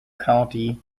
county